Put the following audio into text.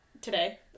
today